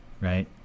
right